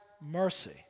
mercy